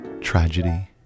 tragedy